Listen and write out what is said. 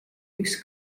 üks